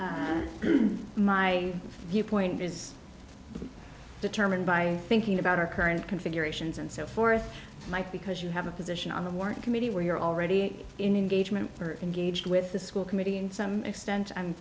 brief my viewpoint is determined by thinking about our current configurations and so forth like because you have a position on the work committee where you're already in engagement are engaged with the school committee in some extent i'm